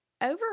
over